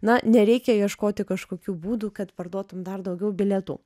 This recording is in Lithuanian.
na nereikia ieškoti kažkokių būdų kad parduotum dar daugiau bilietų